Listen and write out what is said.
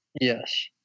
Yes